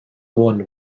won